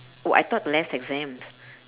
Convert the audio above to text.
oh I thought less exams